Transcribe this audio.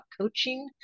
coaching